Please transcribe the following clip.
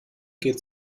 geht